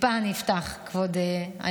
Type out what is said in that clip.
טיפה אני אפתח, כבוד היושב-ראש.